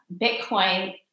Bitcoin